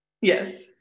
yes